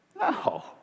No